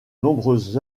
nombreuses